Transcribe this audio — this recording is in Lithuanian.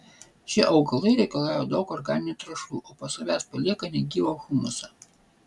šie augalai reikalauja daug organinių trąšų o po savęs palieka negyvą humusą